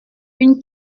une